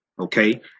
okay